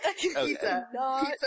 pizza